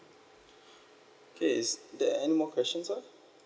K is there any more questions sir